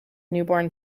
newborn